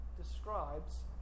describes